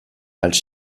als